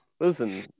Listen